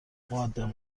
مودب